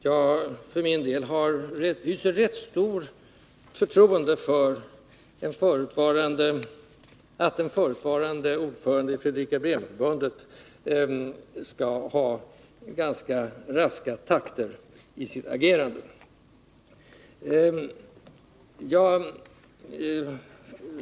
Jag för min del hyser rätt stort förtroende för att den förutvarande ordföranden i Fredrika-Bremer-förbundet skall kunna visa ganska raska takter i sitt agerande.